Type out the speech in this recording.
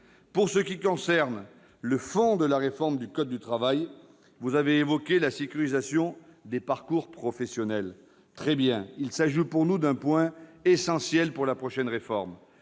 cause. S'agissant du fond de la réforme du code du travail, vous avez évoqué la sécurisation des parcours professionnels. Il s'agit pour nous d'un point essentiel de la prochaine réforme.